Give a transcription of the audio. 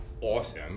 awesome